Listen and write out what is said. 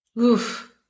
Oof